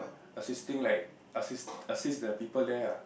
assisting like assist assist the people there ah